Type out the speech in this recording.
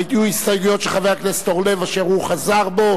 היו הסתייגויות של חבר הכנסת אורלב אשר חזר בו